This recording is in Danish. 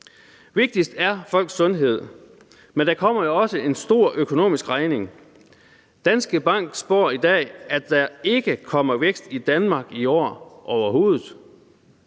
Vigtigst er folks sundhed, men der kommer jo også en stor økonomisk regning. Danske Bank spår i dag, at der ikke kommer vækst i Danmark i år, overhovedet.